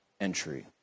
entry